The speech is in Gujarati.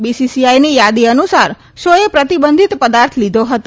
બીસીસીઆઈની યાદી અનુસાર શો એ પ્રતિબંધિત પદાર્થ લીધો હતો